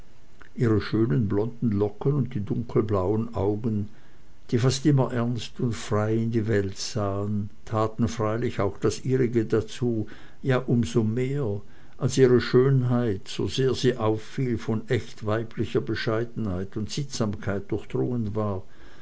ihre schönen blonden locken und die dunkelblauen augen die fast immer ernst und frei in die welt sahen taten freilich auch das ihrige dazu ja um so mehr als ihre schönheit sosehr sie auffiel von echt weiblicher bescheidenheit und sittsamkeit durchdrungen war